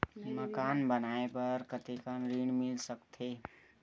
मकान बनाये बर कतेकन ऋण मिल सकथे?